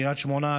קריית שמונה,